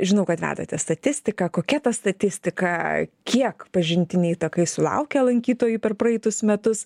žinau kad vedate statistiką kokia ta statistika kiek pažintiniai takai sulaukia lankytojų per praeitus metus